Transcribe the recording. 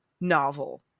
novel